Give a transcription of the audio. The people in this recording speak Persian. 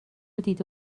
دیده